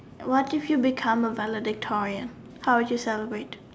what if you become a valedictorian how would you celebrate